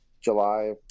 july